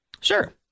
Sure